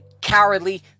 cowardly